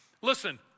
Listen